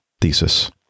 thesis